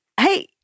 Hey